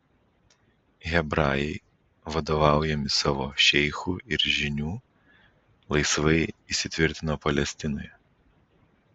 hebrajai vadovaujami savo šeichų ir žynių laisvai įsitvirtino palestinoje